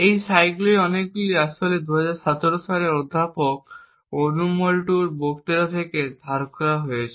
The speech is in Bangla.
এই স্লাইডগুলির অনেকগুলি আসলে 2017 সালে অধ্যাপক ওনুর মুটলুর বক্তৃতা থেকে ধার করা হয়েছে